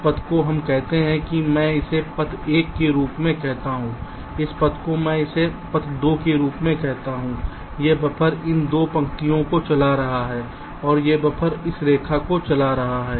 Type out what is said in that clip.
इस पथ को हम कहते हैं मैं इसे पथ 1 के रूप में कहता हूं इस पथ को मैं इसे पथ 2 के रूप में कहता हूं यह बफ़र इन 2 पंक्तियों को चला रहा है और यह बफ़र इस रेखा को चला रहा है